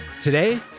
Today